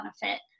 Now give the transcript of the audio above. benefit